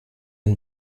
ein